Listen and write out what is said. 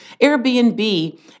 Airbnb